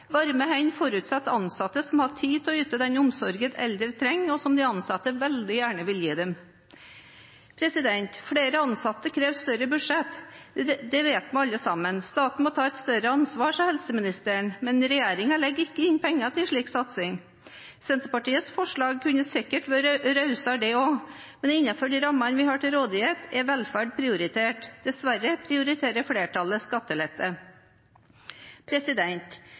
Varme hender forutsetter ansatte som har tid til å yte den omsorgen eldre trenger, og som de ansatte veldig gjerne vil gi dem. Flere ansatte krever større budsjett, det vet vi alle sammen. Staten må ta et større ansvar, sa helseministeren, men regjeringen legger ikke inn penger til en slik satsing. Senterpartiets forslag kunne sikkert også vært rausere, men innenfor de rammene vi har til rådighet, er velferd prioritert. Dessverre prioriterer flertallet